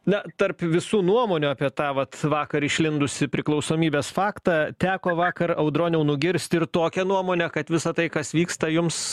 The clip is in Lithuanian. na tarp visų nuomonių apie tą vat vakar išlindusį priklausomybės faktą teko vakar audroniau nugirsti ir tokią nuomonę kad visa tai kas vyksta jums